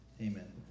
Amen